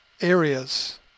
areas